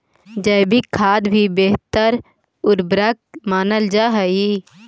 जैविक खाद भी बेहतर उर्वरक मानल जा हई